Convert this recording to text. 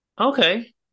Okay